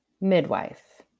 midwife